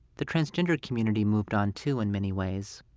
the transgender community moved on, too, in many ways,